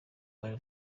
were